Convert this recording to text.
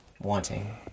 wanting